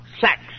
sex